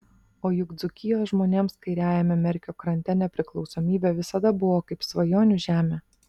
o juk dzūkijos žmonėms kairiajame merkio krante nepriklausomybė visada buvo kaip svajonių žemė